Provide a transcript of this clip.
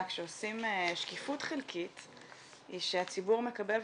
כשעושים שקיפות חלקית היא שהציבור מקבל,